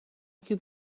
could